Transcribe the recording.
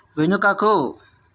వెనుకకు